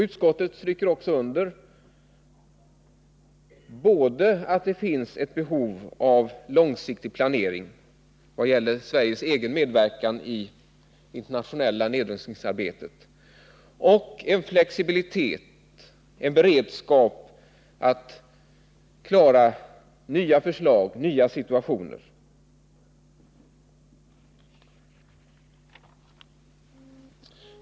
Utskottet understryker också att det finns behov av både en långsiktig planering i vad gäller Sveriges egen medverkan i det internationella nedrustningsarbetet och flexibilitet och beredskap för att klara nya förslag och nya situationer.